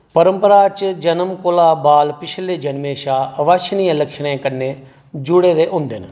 परंपरा च जन्म कोला बाल पिछले जन्में शा अवांछनीय लक्षणें कन्नै जुड़े दे होंदे न